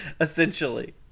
essentially